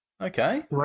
Okay